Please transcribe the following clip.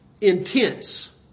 intense